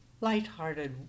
light-hearted